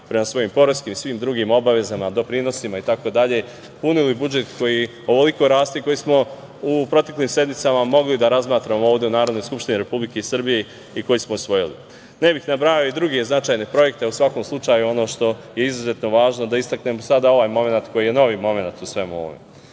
prema svojim poreskim i svim drugim obavezama, doprinosima, itd, punili budžet koji ovoliko raste i koji smo u proteklim sedmicama mogli da razmatramo ovde u Narodnoj skupštini Republike Srbije i koji smo usvojili. Ne bih nabrajao i druge značajne projekte, ali, u svakom slučaju, ono što je izuzetno važno da istaknem sada je ovaj momenat, koji je novi momenat u svemu ovome. Kada